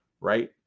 right